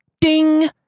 Ding